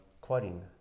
quoting